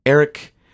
Eric